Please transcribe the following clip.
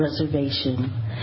Reservation